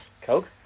Coke